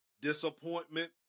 disappointment